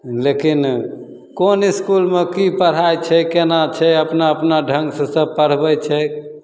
लेकिन कोन इसकुलमे कि पढ़ाइ छै कोना छै अपना अपना ढङ्गसे सभ पढ़बै छै